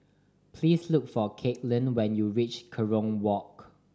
please look for Caitlin when you reach Kerong Walk